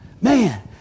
Man